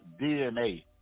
DNA